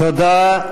תודה.